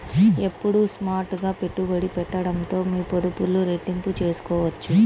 ఎల్లప్పుడూ స్మార్ట్ గా పెట్టుబడి పెట్టడంతో మీ పొదుపులు రెట్టింపు చేసుకోవచ్చు